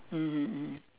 mmhmm mmhmm